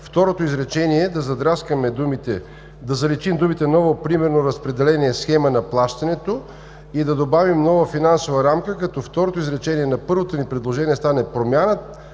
второто изречение да заличим думите „ново примерно разпределение, схема на плащането“ и да добавим „нова финансова рамка“, като във второто изречение на първото ни предложение да стане промяна,